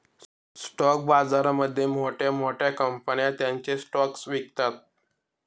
stock बाजारामध्ये मोठ्या मोठ्या कंपन्या त्यांचे स्टॉक्स विकतात